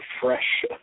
Fresh